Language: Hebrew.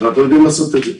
אנחנו יודעים לעשות את זה.